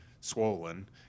swollen